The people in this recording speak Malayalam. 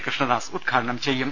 കൃഷ്ണദാസ് ഉദ്ഘാടനം ചെയ്യും